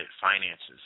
finances